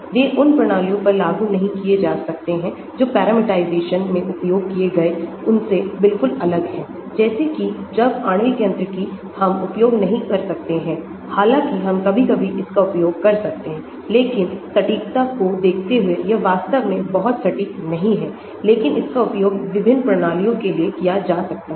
वे उन प्रणालियों पर लागू नहीं किए जा सकते हैं जो पैरामीटराइजेशन में उपयोग किए गए उनसे बिल्कुल अलग हैं जैसे कि जब आणविक यांत्रिकी हम उपयोग नहीं कर सकते हैं हालांकि हम कभी कभी इसका उपयोग कर सकते हैं लेकिन सटीकताको देखते हुएयह वास्तव में बहुत सटीक नहीं है लेकिन इसका उपयोग विभिन्न प्रणालियों के लिए किया जा सकता है